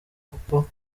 kuko